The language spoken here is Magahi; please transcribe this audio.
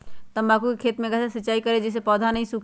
तम्बाकू के खेत मे कैसे सिंचाई करें जिस से पौधा नहीं सूखे?